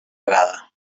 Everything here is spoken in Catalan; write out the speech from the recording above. vegada